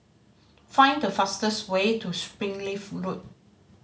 find the fastest way to Springleaf Road